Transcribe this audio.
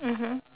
mmhmm